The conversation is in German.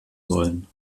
sollen